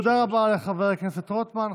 תודה רבה לחבר הכנסת רוטמן.